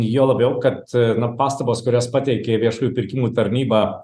juo labiau kad na pastabos kurias pateikė viešųjų pirkimų tarnyba